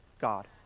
God